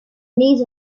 needs